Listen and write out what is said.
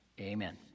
Amen